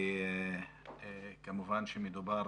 כמובן מדובר